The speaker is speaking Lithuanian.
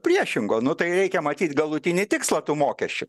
priešingo nu tai reikia matyt galutinį tikslą tų mokesčių